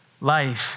Life